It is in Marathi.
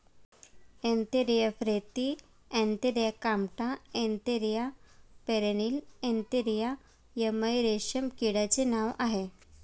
Antheraea frithi Antheraea compta Antheraea pernyi Antheraea yamamai रेशीम किड्याचे नाव आहे